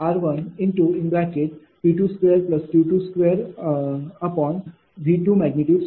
तर Ploss r P2Q2V2 आहे